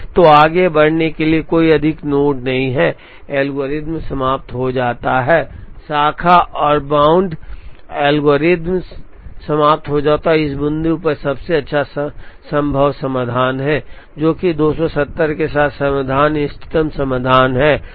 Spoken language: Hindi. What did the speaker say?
तो आगे बढ़ने के लिए कोई अधिक नोड नहीं है एल्गोरिथ्म समाप्त हो जाता है शाखा और बाउंड एल्गोरिथ्म समाप्त हो जाता है और इस बिंदु पर सबसे अच्छा संभव समाधान है जो कि 270 के साथ समाधान इष्टतम समाधान है